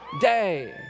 day